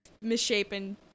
Misshapen